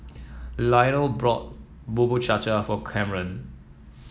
Lionel bought Bubur Cha Cha for Camren